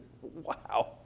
Wow